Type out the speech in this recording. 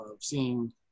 seeing